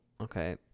okay